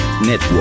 Network